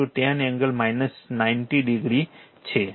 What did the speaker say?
96 10 angle 90 degree છે